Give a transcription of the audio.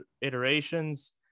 iterations